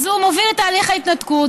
הוא מוביל את תהליך ההתנקות,